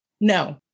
No